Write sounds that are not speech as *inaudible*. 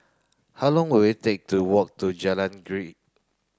how long will it take to walk to Jalan *unintelligible*